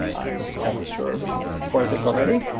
i'm almost sure we do support this already.